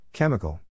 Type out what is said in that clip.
Chemical